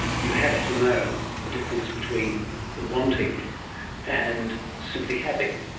you have to know the difference between the wanting and simply having.